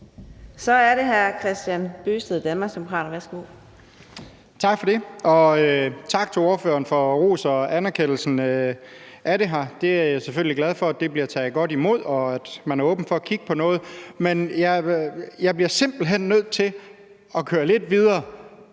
Så er det hr. Kristian Bøgsted, Danmarksdemokraterne. Værsgo. Kl. 13:32 Kristian Bøgsted (DD): Tak for det. Tak til ordføreren for ros og anerkendelsen af det her. Jeg er selvfølgelig glad for, at det bliver taget godt imod, og at man er åben for at kigge på noget, men jeg bliver simpelt hen nødt til at køre lidt videre